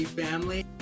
family